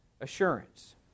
assurance